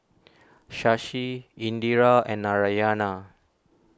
Shashi Indira and Narayana